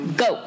go